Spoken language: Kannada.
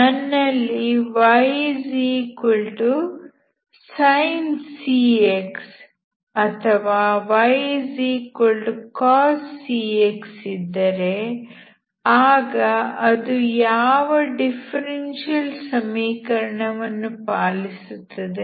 ನನ್ನಲ್ಲಿ ysin cx ಅಥವಾ ycos cx ಇದ್ದರೆ ಆಗ ಅದು ಯಾವ ಡಿಫರೆನ್ಷಿಯಲ್ ಸಮೀಕರಣವನ್ನು ಪಾಲಿಸುತ್ತದೆ